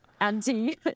anti